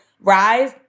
rise